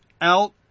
out